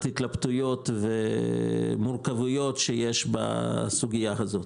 התלבטויות ומורכבויות שיש בסוגיה הזאת.